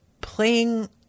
playing